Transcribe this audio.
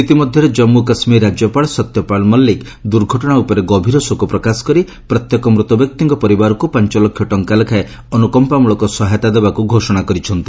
ଇତିମଧ୍ୟରେ ଜାମ୍ମୁ କାଶ୍ମୀର ରାଜ୍ୟପାଳ ସତ୍ୟପାଲ ମଲ୍ଲିକ ଦୁର୍ଘଟଣା ଉପରେ ଗଭୀର ଶୋକ ପ୍ରକାଶ କରି ପ୍ରତ୍ୟେକ ମୃତ ବ୍ୟକ୍ତିଙ୍କ ପରିବାରକୁ ପାଞ୍ଚ ଲକ୍ଷ ଟଙ୍କା ଲେଖାଏଁ ଅନୁକମ୍ପାମୂଳକ ସହାୟତା ଦେବାକୁ ଘୋଷଣା କରିଛନ୍ତି